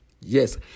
Yes